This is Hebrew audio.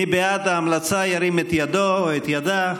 מי שבעד ההמלצה ירים את ידו או את ידה.